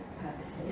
purposes